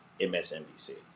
MSNBC